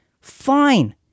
Fine